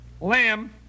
Lamb